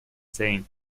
saying